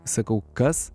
sakau kas